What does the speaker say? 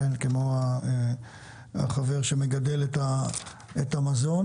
כמו החבר שמגדל את המזון.